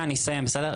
אני אסיים, בסדר?